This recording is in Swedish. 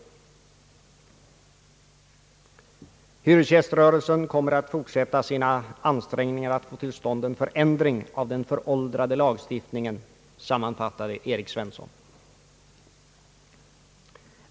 Hyresgäströrelsen kommer att fortsätta sina ansträngningar att få till stånd en förändring av den föråldrade lagstiftningen», sammanfattade Erik Svensson.